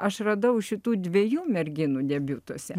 aš radau šitų dviejų merginų debiutuose